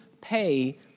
pay